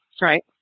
Right